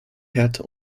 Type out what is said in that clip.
härte